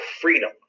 freedom